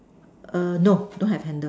err no don't have handle